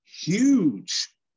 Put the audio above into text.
huge